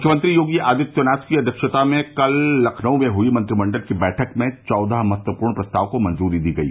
मुख्यमंत्री योगी आदित्यनाथ की अध्यक्षता में कल लखनऊ में हुई मंत्रिमंडल की बैठक में चौदह महत्वपूर्ण प्रस्तावों को मंजूरी दी गई